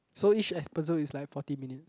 so each episode is like forty minutes